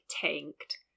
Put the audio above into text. tanked